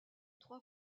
trois